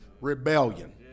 Rebellion